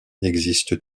existe